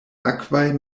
akvaj